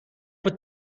het